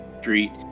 street